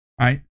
Right